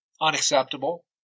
unacceptable